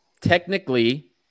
technically